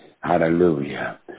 Hallelujah